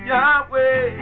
Yahweh